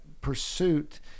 pursuit